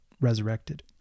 resurrected